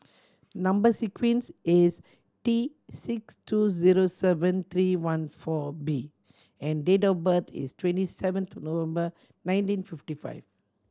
number sequence is T six two zero seven three one four B and date of birth is twenty seventh November nineteen fifty five